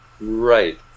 Right